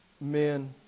men